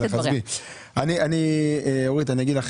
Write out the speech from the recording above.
יש לי פה